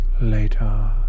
later